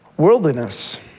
worldliness